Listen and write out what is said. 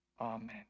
Amen